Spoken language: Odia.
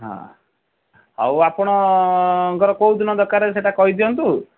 ହଁ ହଉ ଆପଣଙ୍କର କେଉଁ ଦିନ ଦରକାର ସେଇଟା କହିଦିଅନ୍ତୁ